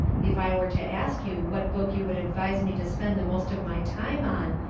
if i were to ask you what book you would advise me to spend the most of my time on,